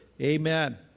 Amen